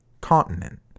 continent